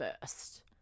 first